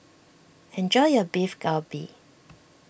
enjoy your Beef Galbi